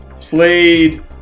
played